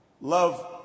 love